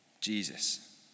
Jesus